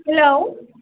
hello